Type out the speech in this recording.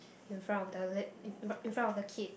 in front of the lid in in in front of the kid